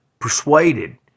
persuaded